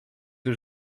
już